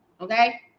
okay